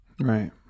Right